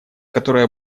которая